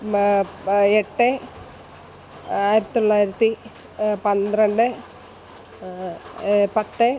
എട്ട് ആയിരത്തി തൊള്ളായിരത്തി പന്ത്രണ്ട് പത്ത്